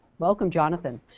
welcome, jonathan.